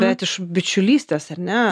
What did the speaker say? bet iš bičiulystės ar ne